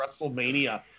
WrestleMania